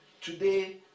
Today